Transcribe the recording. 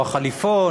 או החליפון,